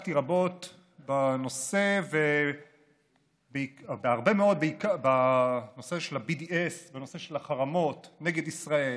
עסקתי רבות בנושא ה-BDS, בנושא החרמות נגד ישראל